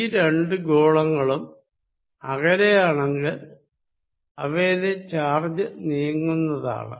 ഈ രണ്ടു ഗോളങ്ങളും അകലെയാണെങ്കിൽ അവയിലെ ചാർജ് നീങ്ങുന്നതാണ്